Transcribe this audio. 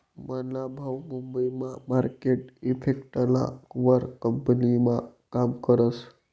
मना भाऊ मुंबई मा मार्केट इफेक्टना वर कंपनीमा काम करस